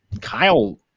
Kyle